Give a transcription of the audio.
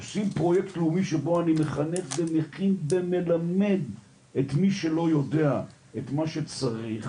עושים פרויקט לאומי שבו אני מכין ומלמד את מי שלא יודע את מה שצריך,